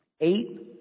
Eight